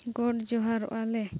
ᱜᱚᱴ ᱡᱚᱦᱟᱨᱚᱜ ᱟᱞᱮ